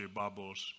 bubbles